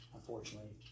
Unfortunately